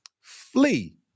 Flee